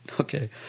Okay